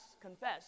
confess